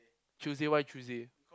Tuesday why Tuesday